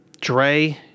Dre